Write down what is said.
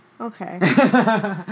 okay